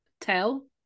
tell